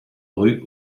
rue